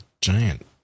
giant